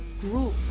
group